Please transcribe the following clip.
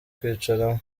kwicaramo